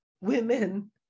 women